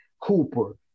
Cooper